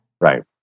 Right